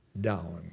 down